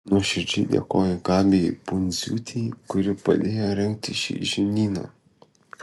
nuoširdžiai dėkoju gabijai pundziūtei kuri padėjo rengti šį žinyną